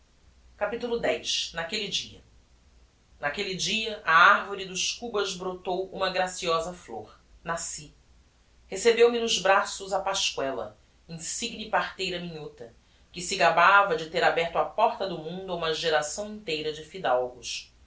capitulo x naquelle dia naquelle dia a arvore dos cubas brotou uma graciosa flor nasci recebeu-me nos braços a pascoela insigne parteira minhota que se gabava de ter aberto a porta do mundo a uma geração inteira de